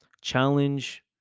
Challenge